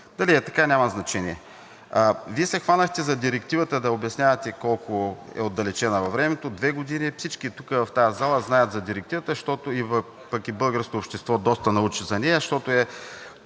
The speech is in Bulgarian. Дали е така, няма значение. Вие се хванахте за Директивата да обяснявате колко е отдалечена във времето – 2 години, всички в тази зала знаят за нея, пък и българското общество доста научи за нея.